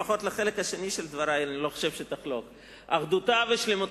לפחות על החלק השני של דברי אני לא חושב שתחלוק: אחדותה ושלמותה